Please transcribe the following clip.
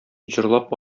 җырлап